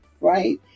right